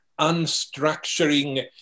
unstructuring